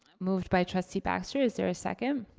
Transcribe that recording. moved by trustee baxter, is there a second?